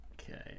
okay